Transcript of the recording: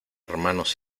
hermanos